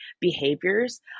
behaviors